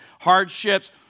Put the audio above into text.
hardships